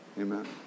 amen